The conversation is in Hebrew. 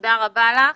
תודה רבה לך.